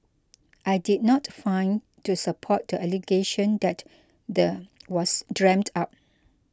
I did not find to support the allegation that the was dreamt up